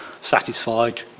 satisfied